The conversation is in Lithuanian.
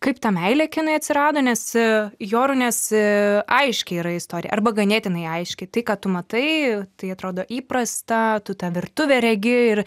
kaip ta meilė kinui atsirado nes jorūnės aiški yra istorija arba ganėtinai aiški tai ką tu matai tai atrodo įprasta tu tą virtuvę regi ir